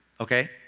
Okay